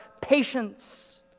patience